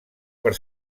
per